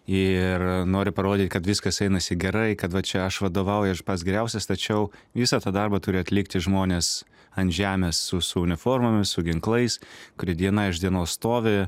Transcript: ir nori parodyt kad viskas einasi gerai kad va čia aš vadovauju aš pats geriausias tačiau visą tą darbą turi atlikti žmonės ant žemės su su uniformomis su ginklais kurie diena iš dienos stovi